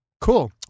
Cool